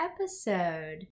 episode